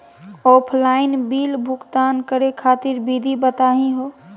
Offline bill भुगतान करे खातिर विधि बताही हो?